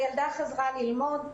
הילדה חזרה ללמוד.